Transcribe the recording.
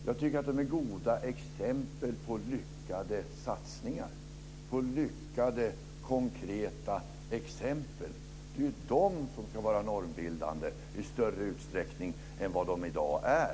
Jag tycker att de är goda exempel på lyckade satsningar. De är lyckade konkreta exempel. Det är ju de som ska vara normbildande i större utsträckning än vad de i dag är.